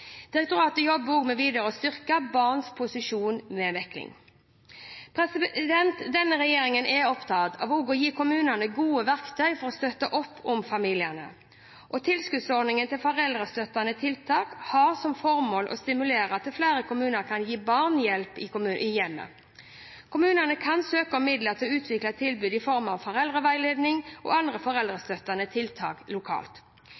Direktoratet jobber også videre med å styrke barns posisjon ved mekling. Denne regjeringen er opptatt av å gi kommunene gode verktøy for å støtte opp om familiene. Tilskuddsordningen til foreldrestøttende tiltak har som formål å stimulere flere kommuner til å gi barn hjelp i hjemmet. Kommunene kan søke om midler til å utvikle et tilbud i form av foreldreveiledning og andre foreldrestøttende tiltak lokalt.